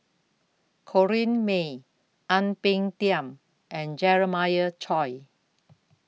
Corrinne May Ang Peng Tiam and Jeremiah Choy